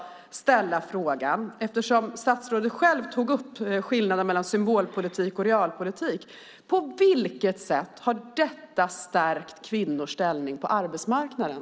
Eftersom statsrådet tog upp skillnaden mellan symbolpolitik och realpolitik måste jag få fråga: På vilket sätt har detta stärkt kvinnors ställning på arbetsmarknaden?